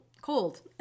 cold